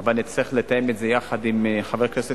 אבל נצטרך לתאם את זה יחד עם חבר הכנסת